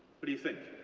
what do you think?